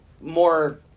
more